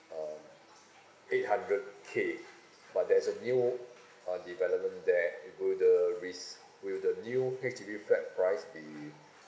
uh eight hundred K but there's a new uh development there it go the risk will the new H_D_B flat price be